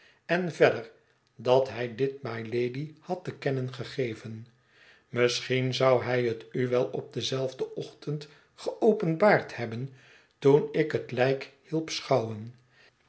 en verder dat hij dit mylady had te kennen gegeven misschien zou hij het u wel op denzelfden ochtend geopenbaard hebben toen ik het lijk hielp schouwen